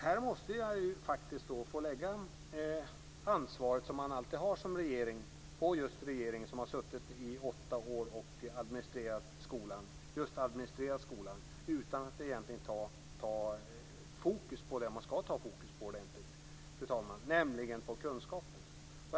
Här måste jag faktiskt få lägga det ansvar som man som regering alltid har på just regeringen, som i åtta år har suttit och administrerat skolan utan att egentligen ha fokus på det som man ordentligt ska fokusera på, nämligen kunskapen.